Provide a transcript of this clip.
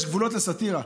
יש גבולות לסאטירה.